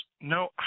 no